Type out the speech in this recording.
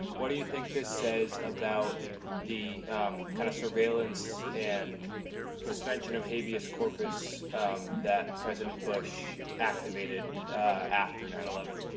what do you think this says about the kind of surveillance and suspension of habeas corpus that president bush activated after nine eleven?